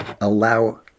allow